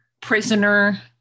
prisoner